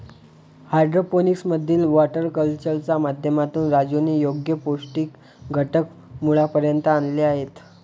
hydroponics मधील water कल्चरच्या माध्यमातून राजूने योग्य पौष्टिक घटक मुळापर्यंत आणले आहेत